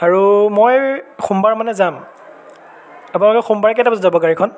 আৰু মই সোমবাৰ মানে যাম আপোনালোকে সোমবাৰে কেইটা বজাত যাব গাড়ীখন